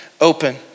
open